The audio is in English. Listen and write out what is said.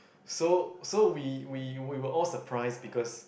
so so we we we were all surprised because